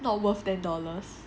not worth ten dollars